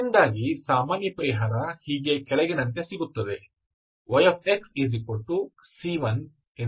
ಇದರಿಂದಾಗಿ ಸಾಮಾನ್ಯ ಪರಿಹಾರ ಹೀಗೆ ಕೆಳಗಿನಂತೆ ಸಿಗುತ್ತದೆ